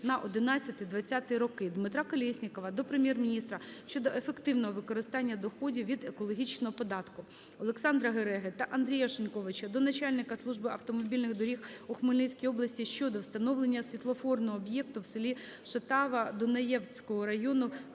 на 11-20-й роки. Дмитра Колєснікова до Прем'єр-міністра щодо ефективного використання доходів від екологічного податку. Олександра Гереги та Андрія Шиньковича до начальника Служби автомобільних доріг у Хмельницькій області щодо встановлення світлофорного об'єкту в селі Шатава Дунаєвецького району